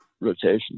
rotation